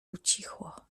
ucichło